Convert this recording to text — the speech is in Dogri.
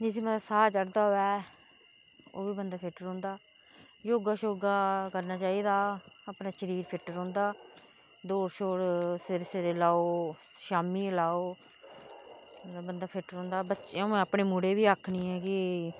जिसी मतलब साह् चढ़दा होवे ओह् बी बंदा फिट रौंहदा योगा शोगा करना चाहिदा अपना शरीर फिट रौहंदा दौड़ शौड़ सवेरे सवेरे लाओ शामी लाओ बंदा फिट रौहंदा बच्चे आउं अपने मुड़े गी बी आक्खनी आं कि